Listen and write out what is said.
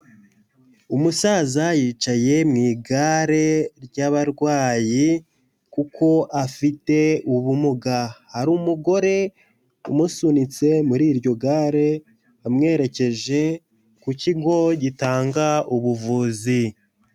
Umusaza yicaye mu igare ry'abarwayi kuko afite ubumuga, hari umugore umusunitse muri iryo gare amwerekeje ku kigo gitanga ubuvuzi.